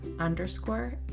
underscore